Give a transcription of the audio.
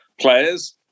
players